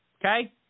Okay